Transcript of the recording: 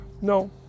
No